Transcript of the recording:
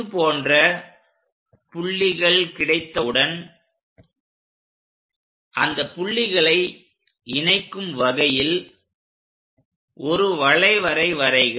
இது போன்ற புள்ளிகள் கிடைத்தவுடன் அந்த புள்ளிகளை இணைக்கும் வகையில் ஒரு வளைவரை வரைக